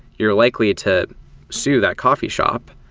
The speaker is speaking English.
you're likely to sue that coffee shop,